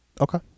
Okay